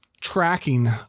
tracking